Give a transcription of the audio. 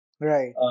right